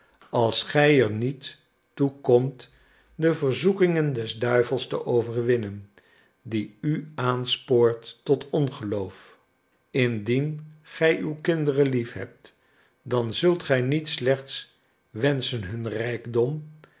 als gij er niet toe komt de verzoekingen des duivels te overwinnen die u aanspoort tot ongeloof indien gij uw kinderen lief hebt dan zult gij niet slechts wenschen hun rijkdom